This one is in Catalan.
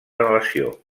relació